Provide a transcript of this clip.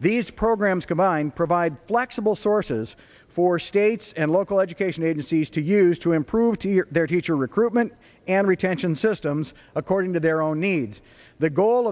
these programs combine provide flexible sources for states and local education agencies to use to improve their teacher recruitment and retention systems according to their own needs the goal